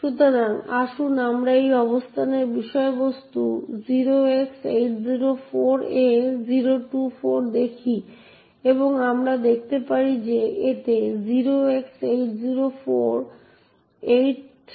সুতরাং আসুন আমরা এই অবস্থানের বিষয়বস্তু 0x804A024 দেখি এবং আমরা দেখতে পাই যে এতে 0x08048536 রয়েছে